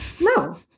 No